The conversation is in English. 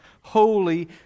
holy